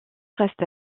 reste